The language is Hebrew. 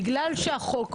בגלל שהחוק,